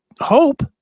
hope